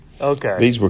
Okay